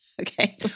Okay